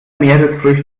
meeresfrüchte